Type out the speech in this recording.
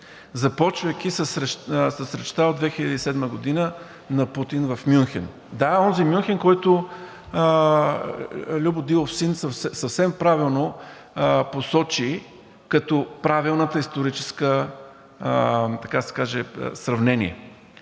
започвайки с речта от 2007 г. на Путин в Мюнхен. Да, онзи Мюнхен, който Любо Дилов-син съвсем правилно посочи като правилното историческо, така